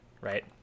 right